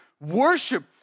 worship